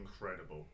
incredible